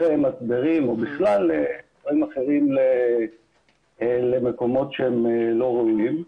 מצברים או בכלל דברים אחרים למקומות שהם לא ראויים.